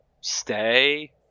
Stay